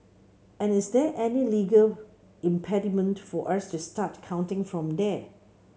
and is there any legal impediment for us to start counting from there